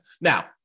Now